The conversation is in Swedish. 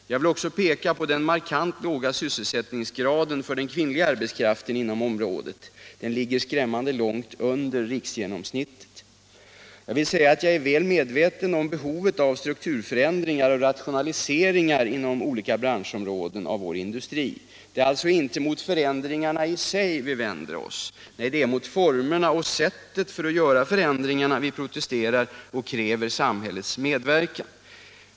Jag vill också peka på den markant låga sysselsättningsgraden för den kvinnliga arbetskraften inom området. Den ligger skrämmande långt under riksgenomsnittet. Jag är väl medveten om behovet av strukturförändringar och rationaliseringar inom olika branschområden av vår industri. Det är alltså inte mot förändringarna i sig vi vänder oss. Nej, det är mot formerna och sättet för att göra förändringarna vi protesterar och kräver samhällets medverkan.